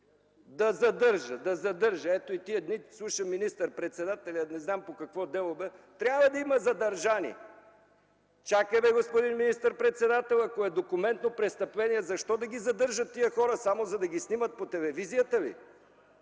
обвинението да задържа. Тези дни слушам министър-председателя – не знам по какво дело – трябва да има задържани. Чакай бе, господин министър-председател, ако е документно престъпление, защо да ги задържат тези хора? Само да ги снимат по телевизията ли?